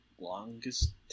longest